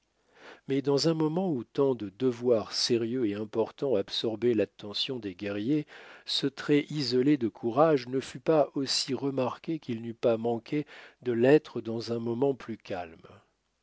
mais dans un moment où tant de devoirs sérieux et importants absorbaient l'attention des guerriers ce trait isolé de courage ne fut pas aussi remarqué qu'il n'eût pas manqué de l'être dans un moment plus calme